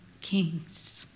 Kings